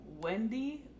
Wendy